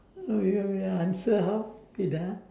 oh ya ya answer how wait ah